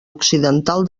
occidental